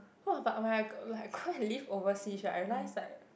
!wah! but when I g~ go and live overseas right I realise like